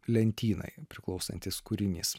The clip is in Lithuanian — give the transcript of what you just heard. lentynai priklausantis kūrinys